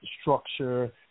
structure